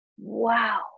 wow